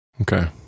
Okay